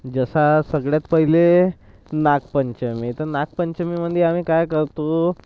जसा सगळ्यात पहिले नागपंचमी तर नागपंचमीमध्ये आम्ही काय करतो